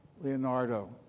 Leonardo